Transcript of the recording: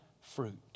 fruit